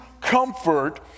comfort